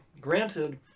Granted